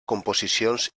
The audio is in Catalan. composicions